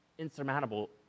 insurmountable